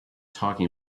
talking